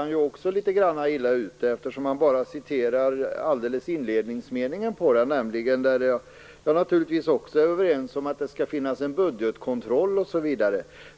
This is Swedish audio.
Andersson också litet illa ute. Han citerar bara dess inledningsmening, och naturligtvis är jag också överens om att det skall finnas en budgetkontroll osv.